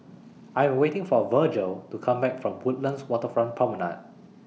I Am waiting For Virgel to Come Back from Woodlands Waterfront Promenade